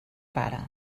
pare